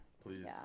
please